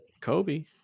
Kobe